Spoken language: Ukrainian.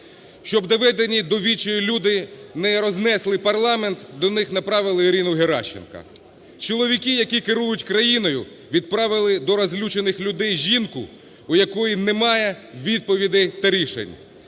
Щоб доведені до відчаю люди не рознесли парламент, до них направили Ірину Геращенко. Чоловіки, які керують країною, відправили до розлючених людей жінку, у якої немає відповідей та рішень.